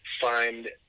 find